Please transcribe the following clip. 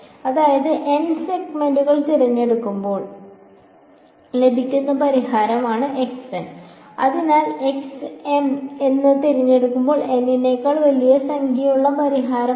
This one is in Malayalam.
അതിനാൽ N സെഗ്മെന്റുകൾ തിരഞ്ഞെടുക്കുമ്പോൾ ലഭിക്കുന്ന പരിഹാരമാണ് x n അതിനാൽ x m എന്നത് തിരഞ്ഞെടുത്ത N നേക്കാൾ വലിയ സംഖ്യയുള്ള പരിഹാരമാണ്